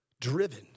Driven